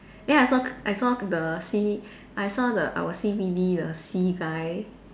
then I saw I saw the C I saw the our C_B_D the C guy